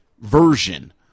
version